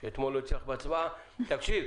תקשיב,